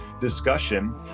discussion